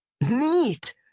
Neat